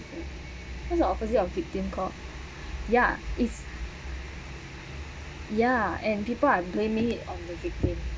what's the opposite of victim called ya it's ya and people are blaming it on the victim